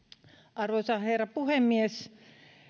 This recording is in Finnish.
arvoisa herra puhemies